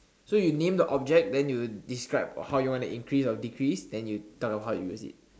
so you name the object then you describe how you want to increase or decrease then you tell them how to use it